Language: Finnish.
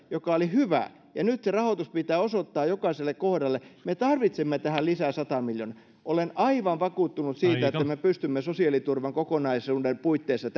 joka oli hyvä ja nyt se rahoitus pitää osoittaa jokaiselle kohdalle me tarvitsemme tähän lisää sata miljoonaa olen aivan vakuuttunut siitä että me pystymme sosiaaliturvan kokonaisuuden puitteissa